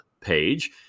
page